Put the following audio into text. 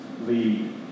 lead